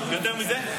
יותר מזה?